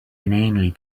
inanely